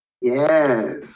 yes